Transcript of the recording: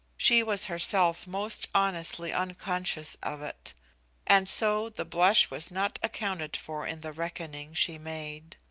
she was herself most honestly unconscious of it and so the blush was not accounted for in the reckoning she made.